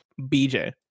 BJ